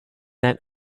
that